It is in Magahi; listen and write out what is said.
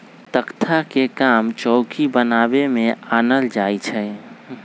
तकख्ता के काम चौकि बनाबे में आनल जाइ छइ